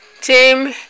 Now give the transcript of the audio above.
team